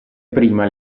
prima